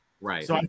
Right